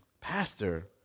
pastor